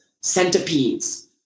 centipedes